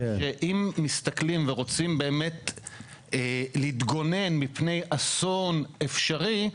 זה שאם מסתכלים ורוצים באמת להתגונן מפני אסון אפשרי,